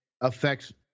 affects